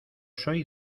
soy